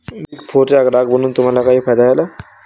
Big फोरचा ग्राहक बनून तुम्हाला काही फायदा झाला?